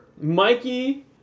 Mikey